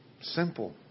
Simple